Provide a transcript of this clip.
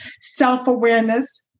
self-awareness